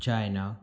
China